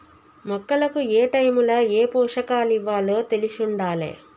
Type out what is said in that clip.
మొక్కలకు ఏటైముల ఏ పోషకాలివ్వాలో తెలిశుండాలే